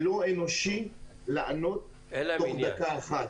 זה לא אנושי לענות תוך דקה אחת.